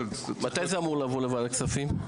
--- מתי זה אמור לבוא לוועדת כספים?